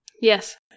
Yes